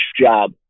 job